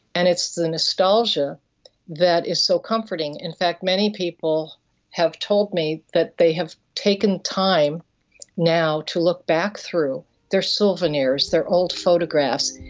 and it's the nostalgia that is so comforting. in fact many people have told me that they have taken time now to look back through their souvenirs, their old photographs,